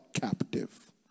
captive